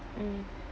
mm